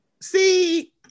see